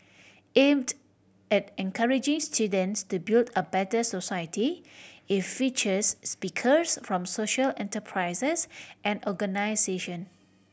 aimed at encouraging students to build a better society it features speakers from social enterprises and organisation